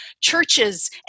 churches